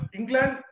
England